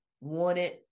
wanted